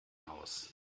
aus